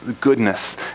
goodness